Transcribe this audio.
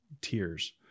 tears